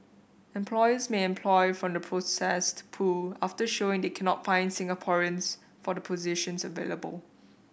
employers may employ from the processed pool after showing they cannot find Singaporeans for the positions available